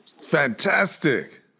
Fantastic